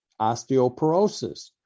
Osteoporosis